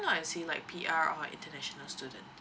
P_R or an international student